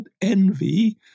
envy